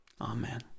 Amen